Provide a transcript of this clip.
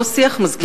אותו שיח מזכיר לי,